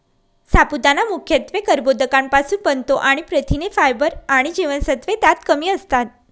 साबुदाणा मुख्यत्वे कर्बोदकांपासुन बनतो आणि प्रथिने, फायबर आणि जीवनसत्त्वे त्यात कमी असतात